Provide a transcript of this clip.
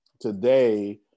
Today